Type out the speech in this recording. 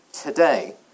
today